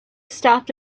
stopped